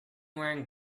wearing